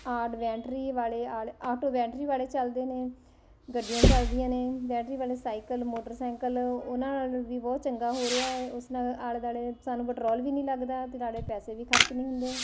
odd ਵੈਂਟਰੀ ਵਾਲੇ ਆਲ ਆਟੋ ਬੈਟਰੀ ਵਾਲੇ ਚਲਦੇ ਨੇ ਗੱਡੀਆਂ ਚੱਲਦੀਆਂ ਨੇ ਬੈਟਰੀ ਵਾਲੇ ਸਾਈਕਲ ਮੋਟਰਸਾਈਕਲ ਉਹਨਾਂ ਨਾਲ ਵੀ ਬਹੁਤ ਚੰਗਾ ਹੋ ਰਿਹਾ ਉਸ ਨਾਲ ਆਲੇ ਦੁਆਲੇ ਸਾਨੂੰ ਪੈਟਰੋਲ ਵੀ ਨਹੀਂ ਲੱਗਦਾ ਅਤੇ ਨਾਲੇ ਪੈਸੇ ਵੀ ਖਰਚ ਨਹੀਂ ਹੁੰਦੇ